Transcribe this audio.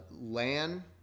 Lan